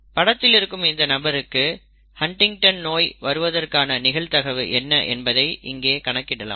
படத்தில் இருக்கும் இந்த நபருக்கு ஹன்டிங்டன் நோய் வருவதற்கான நிகழ்தகவு என்ன என்பதை இங்கே கணக்கிடலாம்